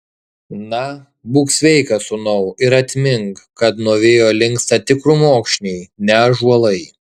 na būk sveikas sūnau ir atmink kad nuo vėjo linksta tik krūmokšniai ne ąžuolai